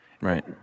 Right